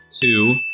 Two